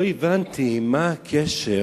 לא הבנתי מה הקשר